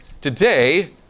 Today